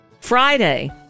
Friday